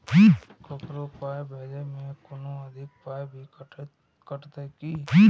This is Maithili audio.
ककरो पाय भेजै मे कोनो अधिक पाय भी कटतै की?